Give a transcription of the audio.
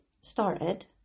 started